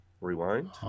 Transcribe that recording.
rewind